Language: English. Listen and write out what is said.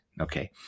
okay